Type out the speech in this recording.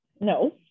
No